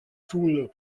toul